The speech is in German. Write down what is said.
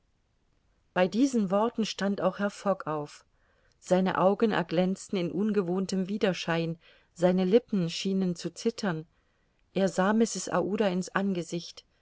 bei diesen worten stand auch herr fogg auf seine augen erglänzten in ungewohntem widerschein seine lippen schienen zu zittern er sah mrs aouda in's angesicht